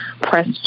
press